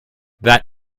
that